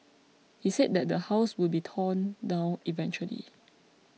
he said that the house will be torn down eventually